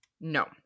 No